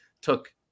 took